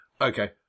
Okay